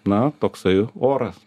na toksai oras